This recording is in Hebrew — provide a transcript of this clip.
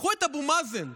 קחו את אבו מאזן.